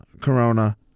corona